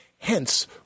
Hence